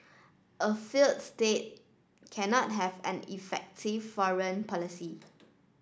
a failed state cannot have an effective foreign policy